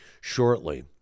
shortly